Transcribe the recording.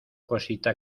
cosita